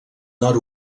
nord